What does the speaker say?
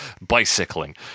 bicycling